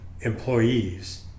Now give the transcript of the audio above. employees